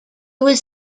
was